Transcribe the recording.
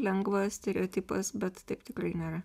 lengva stereotipas bet taip tikrai nėra